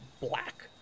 black